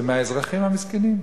אבל רוב הכסף זה מהאזרחים המסכנים.